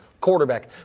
quarterback